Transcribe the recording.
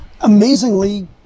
amazingly